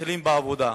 מתחילים בעבודה.